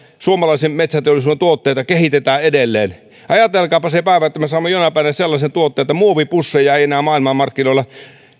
suomalaisen metsäteollisuuden tuotteita kehitetään edelleen ajatelkaapa että me saamme jonain päivänä sellaisia tuotteita että muovipusseja ei enää maailmanmarkkinoilla